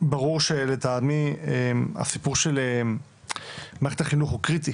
ברור שלטעמי הסיפור של מערכת החינוך הוא קריטי